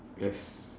yes